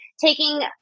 taking